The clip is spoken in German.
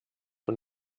von